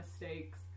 mistakes